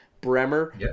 Bremer